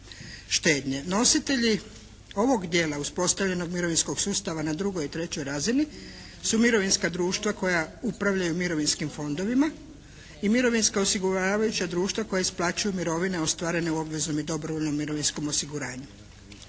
štednje. Nositelji ovog dijela uspostavljenog mirovinskog sustava na drugoj i trećoj razini su mirovinska društva koja upravljaju mirovinskim fondovima i mirovinska osiguravajuća društva koja isplaćuju mirovine ostvarene u obveznom i dobrovoljnom mirovinskom osiguranju.